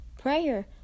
Prayer